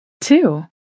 Two